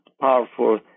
powerful